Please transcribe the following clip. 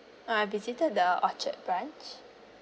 uh I visited the orchard branch